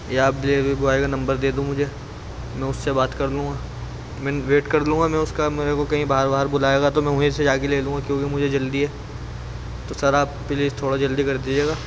یا آپ delivery boy کا نمبر دے دو مجھے میں اس سے بات کر لوں گا من ویٹ کر لوں گا میں اس کا میرے کو کہیں باہر واہر بلائے گا تو میں وہیں سے جا کے لے لوں گا کیونکہ مجھے جلدی ہے تو سر آپ پلیز تھوڑا جلدی کر دیجیے گا